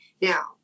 Now